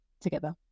together